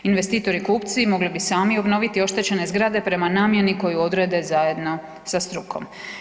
Investitori i kupci mogli bi sami obnoviti oštećene zgrade prema namjeni koju odrede zajedno sa strukom.